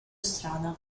strada